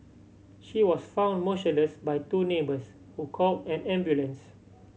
she was found motionless by two neighbours who call an ambulance